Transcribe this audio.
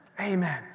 Amen